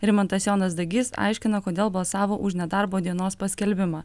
rimantas jonas dagys aiškina kodėl balsavo už nedarbo dienos paskelbimą